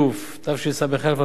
התשס"א 2001,